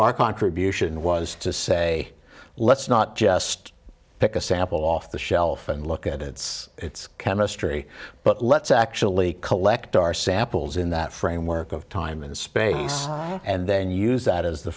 our contribution was to say let's not just pick a sample off the shelf and look at it it's it's chemistry but let's actually collect our samples in that framework of time and space and then use that as the